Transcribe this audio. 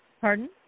Pardon